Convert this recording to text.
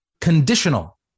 conditional